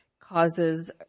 causes